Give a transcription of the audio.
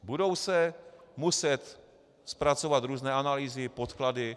Budou se muset zpracovat různé analýzy, podklady.